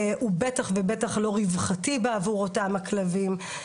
הוא בטח לא רווחתי בעבור אותם הכלבים,